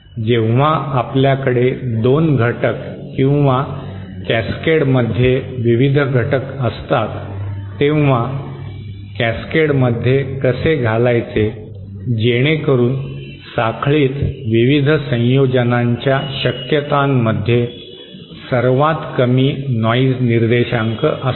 जेव्हा आपल्याकडे 2 घटक किंवा कॅसकेडमध्ये विविध घटक असतात तेव्हा कॅस्केडमध्ये कसे घालायचे जेणेकरून साखळीत विविध संयोजनांच्या शक्यतांमध्ये सर्वात कमी नॉइज निर्देशांक असेल